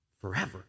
forever